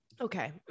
Okay